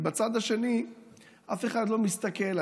ובצד השני אף אחד לא מסתכל,